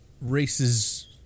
races